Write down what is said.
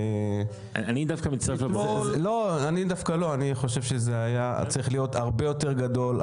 זה חושב שזה היה צריך להיות הרבה יותר גדול,